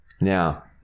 Now